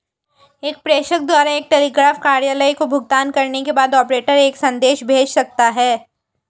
एक प्रेषक द्वारा एक टेलीग्राफ कार्यालय को भुगतान करने के बाद, ऑपरेटर एक संदेश भेज सकता है